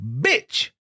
Bitch